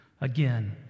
Again